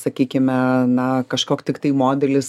sakykime na kažkok tiktai modelis